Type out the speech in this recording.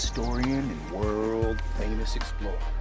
historian and world famous explorer.